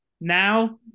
Now